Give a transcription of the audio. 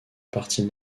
partie